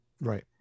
Right